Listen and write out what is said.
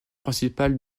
principal